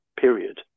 period